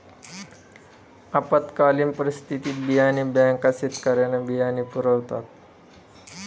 आपत्कालीन परिस्थितीत बियाणे बँका शेतकऱ्यांना बियाणे पुरवतात